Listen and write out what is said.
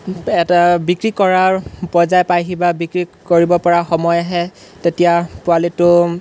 এটা বিক্ৰী কৰাৰ পৰ্যায় পাইহি বা বিক্ৰী কৰিব পৰা সময় আহে তেতিয়া পোৱালিটো